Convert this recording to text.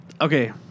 Okay